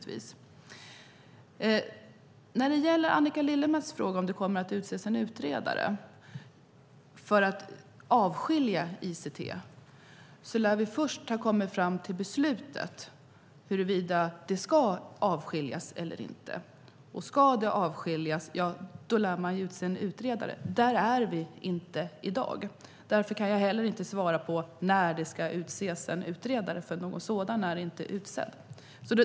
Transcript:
När det gäller Annika Lillemets fråga om det kommer att utses en utredare för att avskilja ICT måste vi först komma fram till ett beslut om huruvida det ska avskiljas eller inte. Om det ska avskiljas då lär man utse en utredare. Där är vi inte i dag, och därför kan jag heller inte svara på när det ska utses en utredare. Någon sådan är alltså inte utsedd.